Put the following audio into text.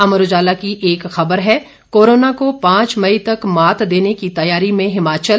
अमर उजाला की एक खबर है कोरोना को पांच मई तक मात देने की तैयारी में हिमाचल